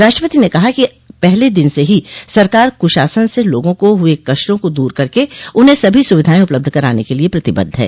राष्ट्रपति ने कहा कि पहले दिन से ही सरकार कुशासन से लोगों को हुए कष्टों को दूर करके उन्हें सभी सुविधाएं उपलब्ध कराने के लिए प्रतिबद्ध है